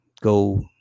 go